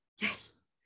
yes